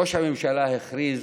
ראש הממשלה הכריז,